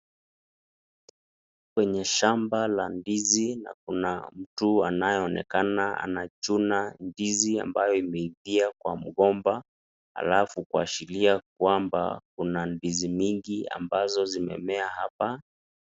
Kwenye shamba la ndizi na kuna mtu anaonekana anachuna ndizi ambayo imeivia kwa mgomba. Alafu kuashiria kwamba kuna ndizi mingi ambazo zimemea hapa.